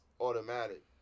automatic